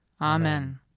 Amen